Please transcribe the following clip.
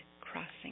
crossing